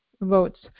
votes